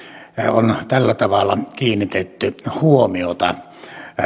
on tällä tavalla kiinnitetty huomiota